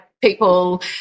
people